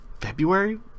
february